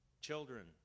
children